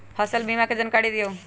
फसल बीमा के जानकारी दिअऊ?